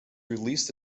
released